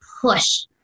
push